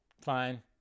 fine